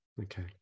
okay